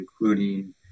including